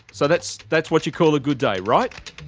so that's, that's what you call a good day right?